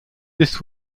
this